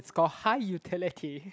it's called high utility